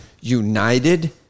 united